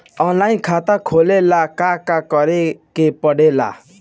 Online खाता खोले ला का का करे के पड़े ला?